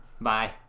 Bye